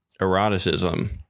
Eroticism